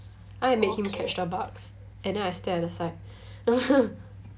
I make him catch the bugs and then I stand at the side